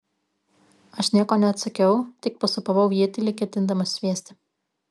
aš nieko neatsakiau tik pasūpavau ietį lyg ketindamas sviesti